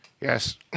Yes